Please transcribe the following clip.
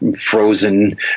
frozen